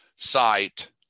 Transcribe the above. site